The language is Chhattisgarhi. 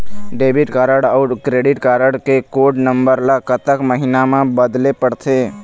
डेबिट कारड अऊ क्रेडिट कारड के कोड नंबर ला कतक महीना मा बदले पड़थे?